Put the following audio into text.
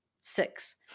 six